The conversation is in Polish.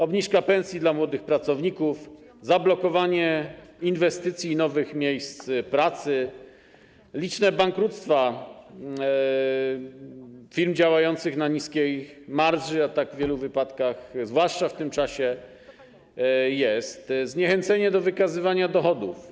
Obniżka pensji dla młodych pracowników, zablokowanie inwestycji i nowych miejsc pracy, liczne bankructwa firm działających na niskiej marży, a tak jest w wielu wypadkach, zwłaszcza w tym czasie, zniechęcenie do wykazywania dochodów.